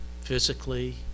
physically